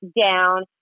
down